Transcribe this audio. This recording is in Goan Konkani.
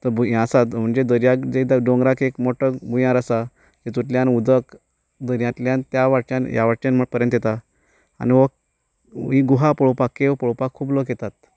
दर्यांक दोंगराचो एक मोटो भुंयार आसा तितूंतल्यान उदक दर्यांतल्यान त्या वाट्यान ह्या वाट्यान पऱ्यांत येता आनी हो ही गुहा पळोवपाक खूब लोक येतात